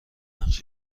نقش